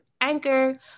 Anchor